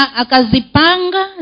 akazipanga